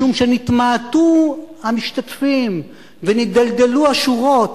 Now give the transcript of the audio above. משום שנתמעטו המשתתפים, ונידלדלו השורות,